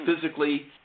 physically